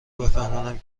بفهمانم